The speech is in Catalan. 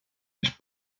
els